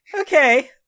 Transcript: Okay